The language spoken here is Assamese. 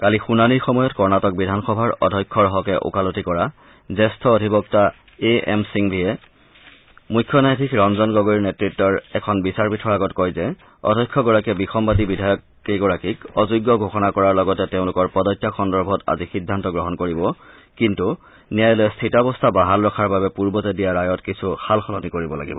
কালি শুনানিৰ সময়ত কৰ্ণটিক বিধানসভাৰ অধ্যক্ষৰ হকে ওকালতি কৰা জ্যেষ্ঠ অধিবক্তা এ এম সিংভীয়ে মুখ্য ন্যায়াধীশ ৰঞ্জন গগৈ নেতৃতাধীন এখন বিচাৰপীঠৰ আগত কয় যে অধ্যক্ষগৰাকীয়ে বিসম্বদী বিধায়ককেইগৰাকীক অযোগ্য ঘোষণা কৰাৰ লগতে তেওঁলোকৰ পদত্যাগ সন্দৰ্ভত আজি সিদ্ধান্ত গ্ৰহণ কৰিব কিন্তু ন্যায়ালয়ে স্থিতাৰস্থা বাহাল ৰখাৰ বাবে পূৰ্বতে দিয়া ৰায়ত কিছু সাল সলনি কৰিব লাগিব